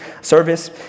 service